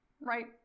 right